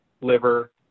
liver